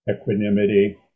equanimity